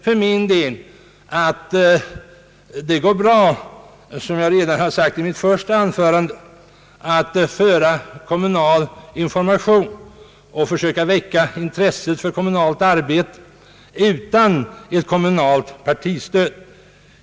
Som jag redan sade i mitt första anförande anser jag att det går bra att ge kommunal information och försöka väcka intresset för kommunalt arbete utan ett kommunalt partistöd.